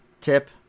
tip